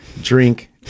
drink